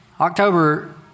October